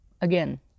again